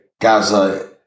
Gaza